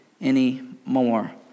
anymore